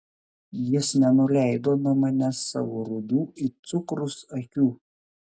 jis nenuleido nuo manęs savo rudų it cukrus akių